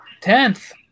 tenth